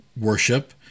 worship